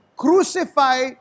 Crucify